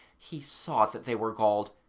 he saw that they were galled,